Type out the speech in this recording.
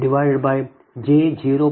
ಆದ್ದರಿಂದ Ifg11 0